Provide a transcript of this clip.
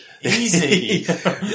Easy